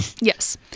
Yes